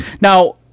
now